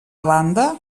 banda